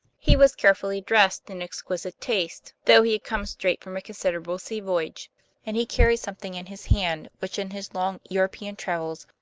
he was carefully dressed in exquisite taste, though he had come straight from a considerable sea voyage and he carried something in his hand which in his long european travels,